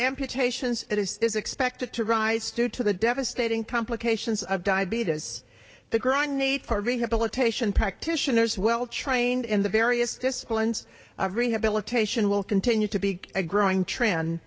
haitians it is is expected to rise due to the devastating complications of diabetes as the grenade for rehabilitation practitioners well trained in the various disciplines of rehabilitation will continue to be a growing trend